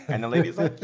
and the lady like